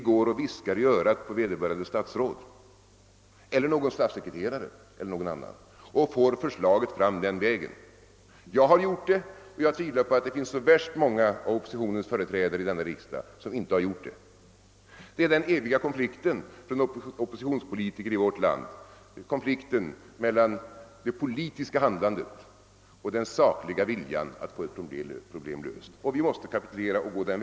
Jo, vi viskar i örat på vederbörande statsråd eller statssekreterare och får fram förslaget den vägen. Jag har gjort det, och jag tvivlar på att det finns särskilt många av oppositionens företrädare i denna riksdag som inte har gjort det. Det är den eviga konflikten för en oppositionspolitiker i vårt land: konflikten mellan dei politiska handlandet och den sakliga viljan att få ett problem löst. Vi måste ibland kapitulera.